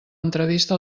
entrevista